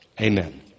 amen